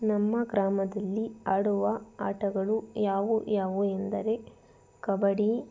ನಮ್ಮ ಗ್ರಾಮದಲ್ಲಿ ಆಡುವ ಆಟಗಳು ಯಾವು ಯಾವು ಎಂದರೆ ಕಬಡ್ಡಿ